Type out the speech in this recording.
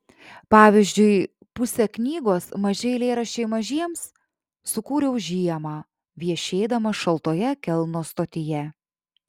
pavyzdžiui pusę knygos maži eilėraščiai mažiems sukūriau žiemą viešėdamas šaltoje kelno stotyje